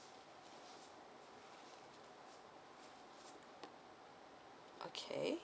okay